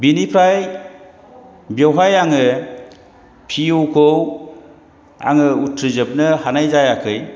बिनिफ्राय बेवहाय आङो पि इउखौ आङो उथ्रिजोबनो हानाय जायाखै